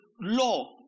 law